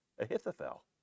Ahithophel